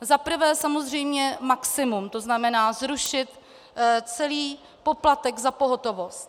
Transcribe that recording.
Za prvé samozřejmě maximum, to znamená zrušit celý poplatek za pohotovost.